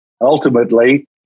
ultimately